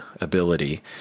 ability